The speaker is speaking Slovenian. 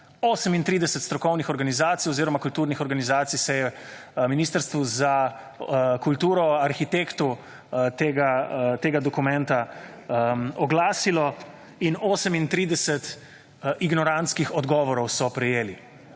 38 strokovnih organizacij oziroma kulturnih organizacij se je Ministrstvu za kulturo arhitektu tega dokumenta oglasilo in 38 ignorantskih odgovorov so prejeli.